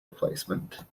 replacement